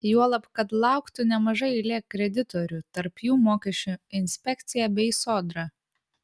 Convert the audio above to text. juolab kad lauktų nemaža eilė kreditorių tarp jų mokesčių inspekcija bei sodra